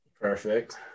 Perfect